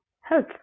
health